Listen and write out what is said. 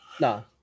no